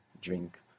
drink